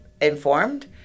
informed